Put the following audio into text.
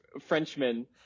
frenchman